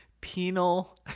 Penal